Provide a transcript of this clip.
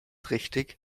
richtig